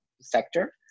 sector